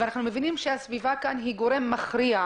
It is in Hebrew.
אנחנו מבינים שהסביבה היא גורם מכרעי.